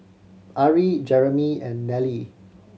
Arie Jeremey and Nelle